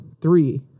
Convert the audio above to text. Three